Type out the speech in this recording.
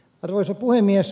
arvoisa puhemies